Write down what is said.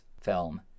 film